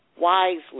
wisely